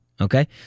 okay